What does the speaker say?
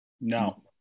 No